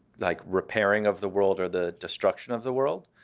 like, repairing of the world or the destruction of the world.